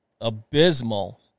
abysmal